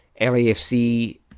LAFC